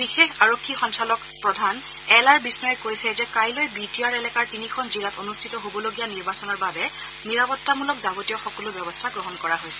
বিশেষ আৰক্ষী সঞ্চালক প্ৰধান এল আৰ বিষ্ণয়ে কৈছে যে কাইলৈ বি টি আৰ এলেকাৰ তিনিখন জিলাত অনুষ্ঠিত হ'বলগীয়া নিৰ্বাচনৰ বাবে নিৰাপত্তামূলক যাৱতীয় সকলো ব্যৱস্থা গ্ৰহণ কৰা হৈছে